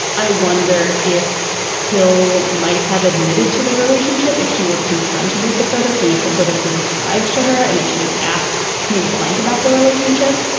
i wonder if hill might have admitted to the relationship if she were confronted with the photos and if the photos were described to her and if she was asked point blank about the relationship.